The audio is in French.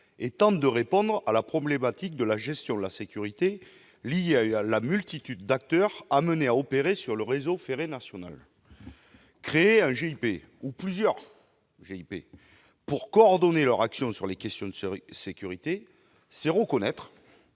et tente de répondre à la problématique de la gestion de la sécurité liée à la multitude d'acteurs appelés à opérer sur le réseau ferré national. Créer un GIP ou plusieurs GIP pour coordonner l'action de ces acteurs en matière de sécurité, c'est reconnaître